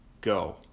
go